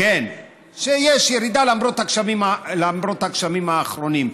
שיש ירידה, למרות הגשמים האחרונים,